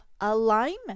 alignment